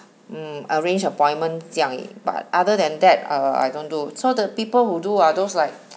mm arrange appointment 这样而已 but other than that err I don't do so the people who do are those like